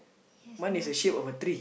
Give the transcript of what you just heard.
yes my sheep